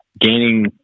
gaining